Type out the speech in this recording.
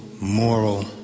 Moral